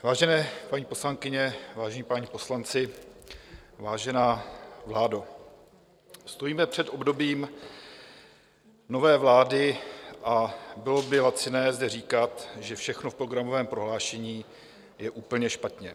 Vážené paní poslankyně, vážení páni poslanci, vážená vládo, stojíme před obdobím nové vlády a bylo by laciné zde říkat, že všechno v programovém prohlášení je úplně špatně.